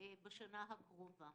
בשנה הקרובה.